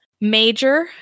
Major